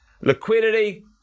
Liquidity